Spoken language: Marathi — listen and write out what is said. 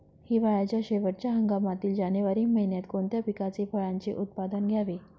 हिवाळ्याच्या शेवटच्या हंगामातील जानेवारी महिन्यात कोणत्या पिकाचे, फळांचे उत्पादन घ्यावे?